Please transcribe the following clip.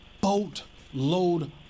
boatload